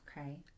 Okay